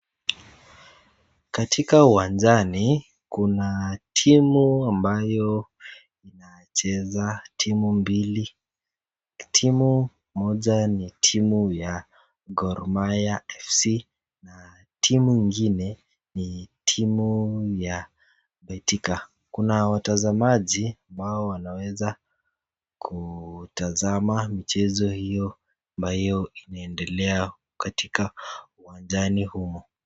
Katika uwanjani kuna timu ambayo inacheza timu mbili. Timu moja ni timu ya Gor Mahia fc na timu ingine ni timu ya Betika. Kuna watazamaji ambao wanaweza kutazama michezo hiyo ambayo inaendelea katika uwanjani hiyo.